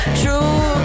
true